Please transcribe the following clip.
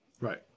Right